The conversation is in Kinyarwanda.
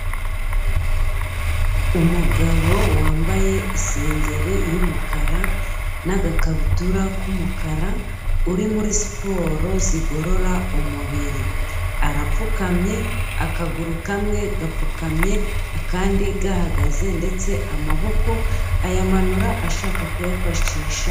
Umugabo wambaye isengeri y'umukara n'agakabutura k'umukara uri muri siporo zigorora umubiri, arapfukamye; akaguru kamwe gapfukamye akandi gahagaze, ndetse amaboko ayamanura ashaka kuyafashisha.